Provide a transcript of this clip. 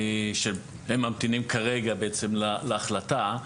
שהם ממתינים כרגע להחלטה,